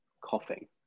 coughing